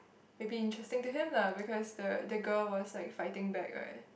maybe interesting to him lah because the the girl was like fighting back right